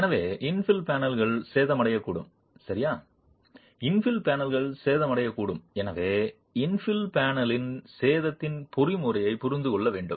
எனவே இன்ஃபில் பேனல்கள் சேதமடையக்கூடும் சரியா இன்ஃபில் பேனல்கள் சேதமடையக்கூடும் எனவே இன்ஃபில் பேனலின் சேதத்தின் பொறிமுறையைப் புரிந்து கொள்ள வேண்டும்